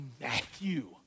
Matthew